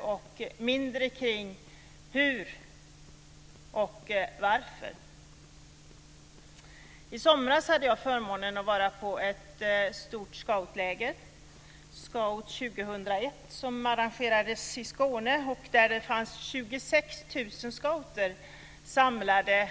Man sysslar mindre med hur och varför. I somras hade jag förmånen att vara på ett stort scoutläger, Scout 2001, som arrangerades i Skåne. Där fanns 26 000 scouter samlade